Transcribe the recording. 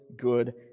good